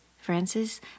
Francis